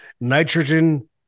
nitrogen